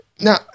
now